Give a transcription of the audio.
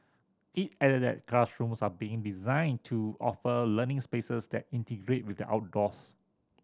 it added that classrooms are being designed to offer learning spaces that integrate with the outdoors